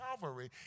Calvary